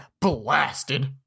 blasted